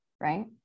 right